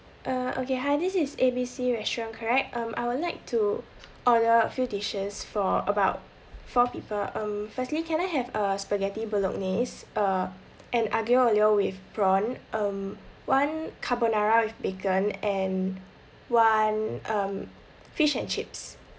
uh okay hi this is A B C restaurant correct um I would like to order a few dishes for about four people um firstly can I have a spaghetti bolognese uh and aglio olio with prawn um one carbonara with bacon and one um fish and chips